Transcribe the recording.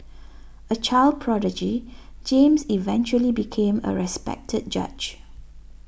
a child prodigy James eventually became a respected judge